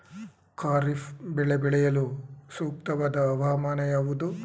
ಖಾರಿಫ್ ಬೆಳೆ ಬೆಳೆಯಲು ಸೂಕ್ತವಾದ ಹವಾಮಾನ ಯಾವುದು?